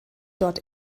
dort